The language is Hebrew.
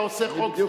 אתה עושה חוק,